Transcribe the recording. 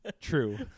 True